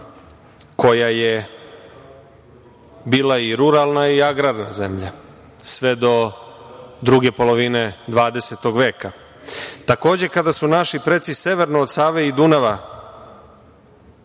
koja je bila i ruralna i agrarna zemlja sve do druge polovine 20 veka. Takođe, kada su naši preci severno od Save i Dunava